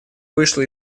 вышла